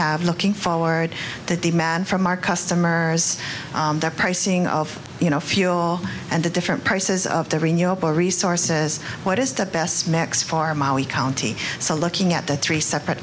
have looking forward that demand from our customers the pricing of you know fuel and the different prices of the renewable resources what is the best mix farm alicante so looking at that three separate